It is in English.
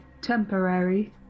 temporary